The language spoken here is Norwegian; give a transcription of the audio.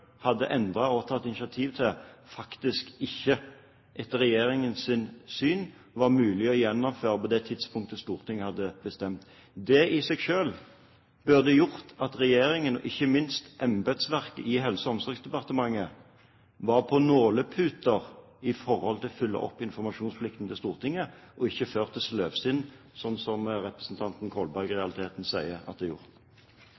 hadde endret og tatt initiativ til, faktisk ikke – etter regjeringens syn – var mulig å gjennomføre på det tidspunktet Stortinget hadde bestemt, burde det i seg selv gjort at regjeringen, og ikke minst embetsverket i Helse- og omsorgsdepartementet, var på nåleputer når det gjelder å følge opp informasjonsplikten til Stortinget – og ikke ført til sløvsinn, slik representanten Kolberg i